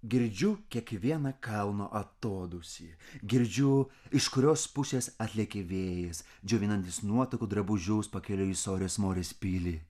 girdžiu kiekvieną kalno atodūsį girdžiu iš kurios pusės atlėkė vėjas džiovinantis nuotakų drabužius pakeliui į sorės morės pilį